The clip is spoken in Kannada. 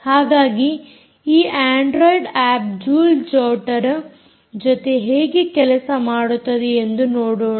ಹಾಗಾಗಿ ಈ ಅಂಡ್ರೊಯಿಡ್ ಆಪ್ ಜೂಲ್ ಜೊಟರ್ ಜೊತೆ ಹೇಗೆ ಕೆಲಸ ಮಾಡುತ್ತದೆ ಎಂದು ನೋಡೋಣ